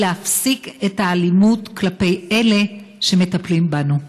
ולהפסיק את האלימות כלפי אלה שמטפלים בנו.